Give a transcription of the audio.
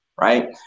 right